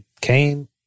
came